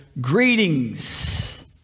greetings